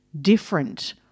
different